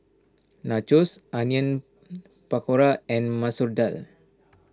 Nachos Onion Pakora and Masoor Dal